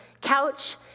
couch